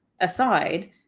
aside